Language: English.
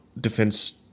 defense